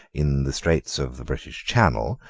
in the straits of the british channel,